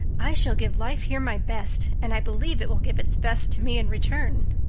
i shall give life here my best, and i believe it will give its best to me in return.